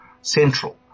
Central